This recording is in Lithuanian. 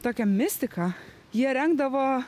tokią mistiką jie rengdavo